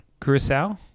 Curacao